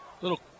little